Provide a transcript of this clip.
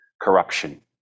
corruption